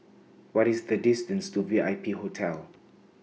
What IS The distance to V I P Hotel